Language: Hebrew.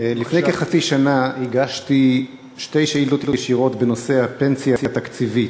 לפני כחצי שנה הגשתי שתי שאילתות ישירות בנושא הפנסיה התקציבית.